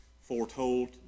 foretold